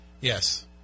Yes